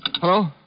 Hello